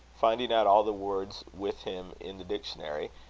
finding out all the words with him in the dictionary,